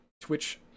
Twitch